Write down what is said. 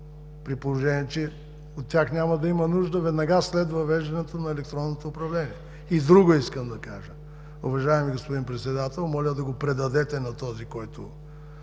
при положение че от тях няма да има нужда веднага след въвеждането на електронното управление?! И друго искам да кажа. Уважаеми господин Председател, моля да го предадете на този, който